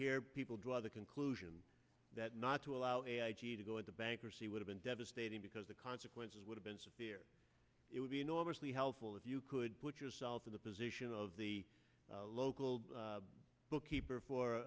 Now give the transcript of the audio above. here people draw the conclusion that not to allow us to go into bankruptcy would have been devastating because the consequences would have been severe it would be enormously helpful if you could put yourself in the position of the local bookkeeper for